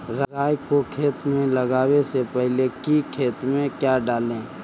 राई को खेत मे लगाबे से पहले कि खेत मे क्या डाले?